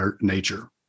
nature